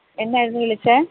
എന്തായിരുന്നു വിളിച്ചത്